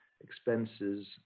expenses